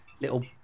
little